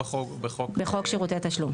בחוק שירותי תשלום?